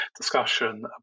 discussion